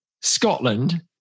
Scotland